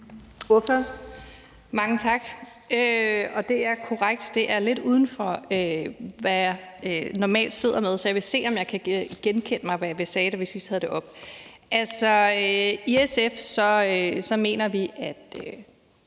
Mange tak. Det er korrekt, det er lidt uden for, hvad jeg normalt sidder med, så jeg vil se, om jeg kan genkalde mig, hvad vi sagde, da vi sidst havde det oppe. I SF mener vi, at